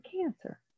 cancer